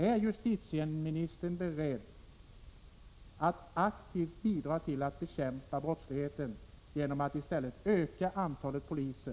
Är justitieministern beredd att aktivt bidra till att bekämpa brottsligheten genom att i stället öka antalet poliser?